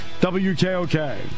WKOK